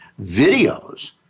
videos